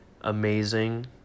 amazing